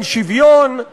אין שוויון,